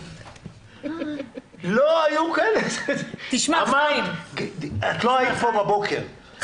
את לא היית פה בבוקר,